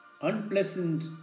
Unpleasant